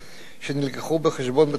שהובאו בחשבון בתחשיב.